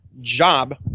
job